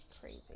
Crazy